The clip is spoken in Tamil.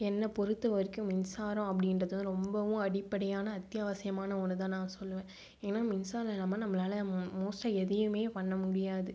என்னை பொறுத்த வரைக்கும் மின்சாரம் அப்படின்றது ரொம்பவும் அடிப்படையான அத்தியாவசியமான ஒன்னு தான் நான் சொல்லுவேன் ஏன்னா மின்சாரம் இல்லாமல் நம்மளால மோ மோஸ்டாக எதையுமே பண்ண முடியாது